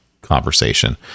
conversation